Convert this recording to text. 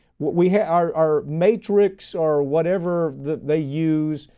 we have our our matrix or whatever that they use.